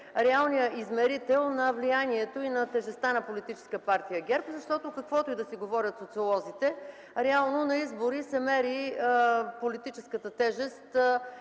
реалният измерител на влиянието и на тежестта на Политическа партия ГЕРБ. Защото каквото и да си говорят социолозите, реално на избори се мери политическата тежест,